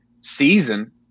season